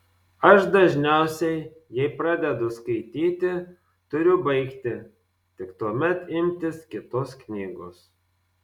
aš dažniausiai jei pradedu skaityti turiu baigti tik tuomet imtis kitos knygos